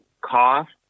cost